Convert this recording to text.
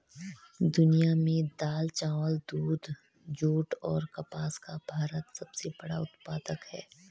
दुनिया में दाल, चावल, दूध, जूट और कपास का भारत सबसे बड़ा उत्पादक है